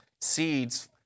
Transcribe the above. seeds